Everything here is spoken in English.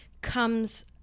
comes